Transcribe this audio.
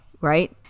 right